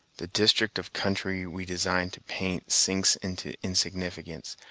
the district of country we design to paint sinks into insignificance,